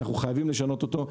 אנחנו חייבים לשנות אותו.